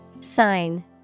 Sign